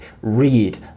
read